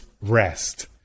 rest